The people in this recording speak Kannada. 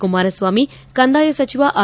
ಕುಮಾರಸ್ವಾಮಿ ಕಂದಾಯ ಸಚಿವ ಆರ್